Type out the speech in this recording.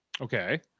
Okay